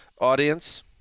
audience